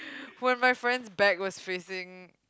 when my friend's back was facing